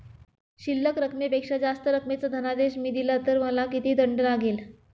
शिल्लक रकमेपेक्षा जास्त रकमेचा धनादेश मी दिला तर मला किती दंड लागेल?